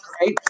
right